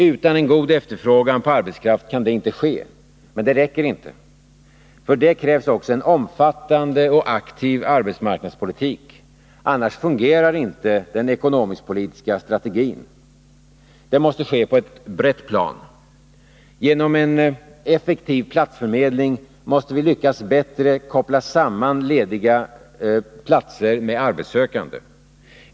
Utan en god efterfrågan på arbetskraft kan det inte ske. Men det räcker inte. Det krävs också en omfattande och aktiv arbetsmarknadspolitik. Annars fungerar inte den ekonomisk-politiska strategin. Det måste ske på ett brett plan: - Genom en effektiv platsförmedling måste vi lyckas bättre att koppla samman lediga platser med arbetssökande.